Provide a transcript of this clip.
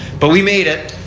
but we made it.